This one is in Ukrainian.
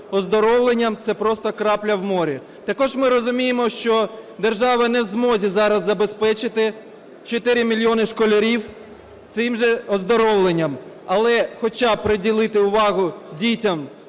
оздоровленням, це просто крапля в морі. Також ми розуміємо, що держава не в змозі зараз забезпечити 4 мільйони школярів цим же оздоровленням, але хоча б приділити увагу дітям,